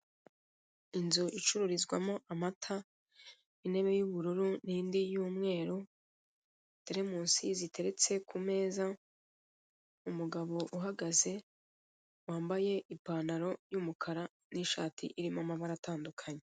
Inzu icururizwamo amata intebe y'ubururu n'indi y'umweru, teremusi ziteretse ku meza umugabo uhagaze wambaye ipantaro y'umukara n'ishati irimo amabara atandukanye.